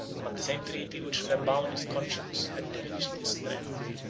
but the same treaty which should have bound his conscience had diminished his strength.